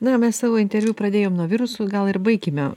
na mes savo interviu pradėjom nuo virusų gal ir baikime